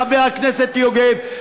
חבר הכנסת יוגב,